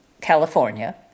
California